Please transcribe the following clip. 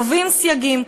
קובעים סייגים,